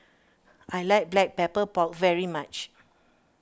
I like Black Pepper Pork very much